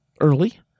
early